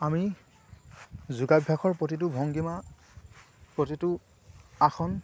আমি যোগাভ্যাসৰ প্ৰতিটো ভংগীমা প্ৰতিটো আসন